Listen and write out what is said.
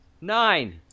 nine